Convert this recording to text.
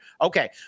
Okay